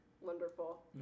Wonderful